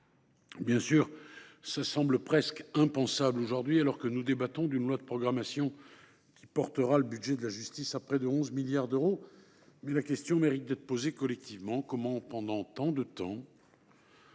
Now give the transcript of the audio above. Bien sûr, cela semble presque impensable aujourd’hui, alors que nous débattons d’une loi de programmation qui portera le budget de la justice à près de 11 milliards d’euros, mais la question mérite d’être collectivement posée : comment, pendant tant de temps,